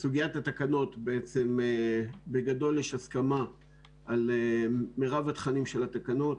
סוגיית התקנות בגדול יש הסכמה על מרב התכנים של התקנות